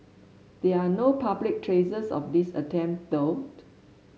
there are no public traces of these attempt though